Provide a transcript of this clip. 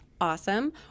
awesome